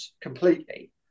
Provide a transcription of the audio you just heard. completely